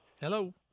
Hello